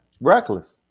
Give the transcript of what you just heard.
Reckless